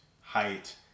height